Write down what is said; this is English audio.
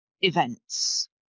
events